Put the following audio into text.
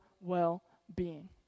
well-being